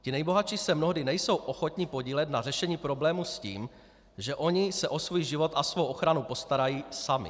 Ti nejbohatší mnohdy nejsou ochotni se podílet na řešení problémů s tím, že oni se o svůj život a svou ochranu postarají sami.